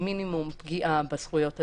מינימום פגיעה בזכויות הדיוניות,